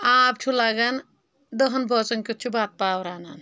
آب چھُ لگان دہن بٲژن کیُتھ چھُ بتہٕ پاو رنان